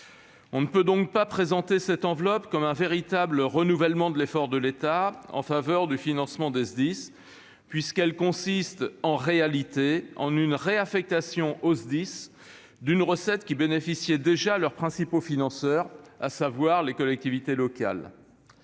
On ne peut donc pas présenter cette enveloppe comme un véritable renouvellement de l'effort de l'État en faveur du financement des Sdis, puisqu'elle consiste en réalité en une réaffectation aux Sdis d'une recette qui bénéficiait déjà à leurs principaux financeurs, à savoir les collectivités locales.